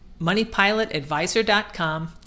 moneypilotadvisor.com